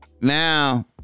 Now